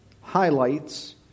highlights